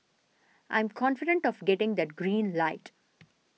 I'm confident of getting that green light